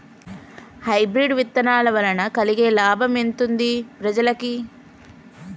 Hybrid విత్తనాల వలన కలిగే లాభం ఎంతుంది ప్రజలకి?